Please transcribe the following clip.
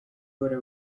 uhora